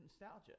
nostalgia